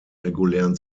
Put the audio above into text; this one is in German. regulären